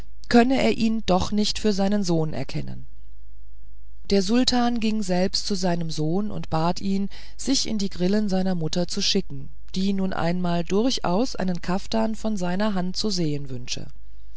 könne er ihn doch nicht für seinen sohn erkennen der sultan ging selbst zu seinem sohn und bat ihn sich in die grillen seiner mutter zu schicken die nun einmal durchaus einen kaftan von seiner hand zu sehen wünsche